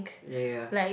ya